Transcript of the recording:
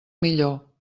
millor